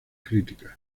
críticas